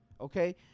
okay